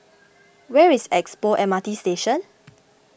where is Expo M R T Station